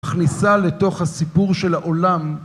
הכניסה לתוך הסיפור של העולם.